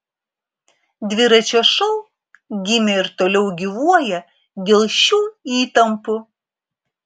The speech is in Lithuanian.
dviračio šou gimė ir toliau gyvuoja dėl šių įtampų